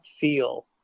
feel